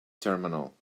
terminal